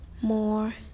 more